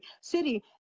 city